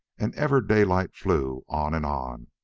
and ever daylight flew on and on,